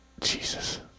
Jesus